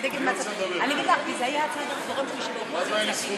אני רוצה לדבר.